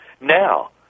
Now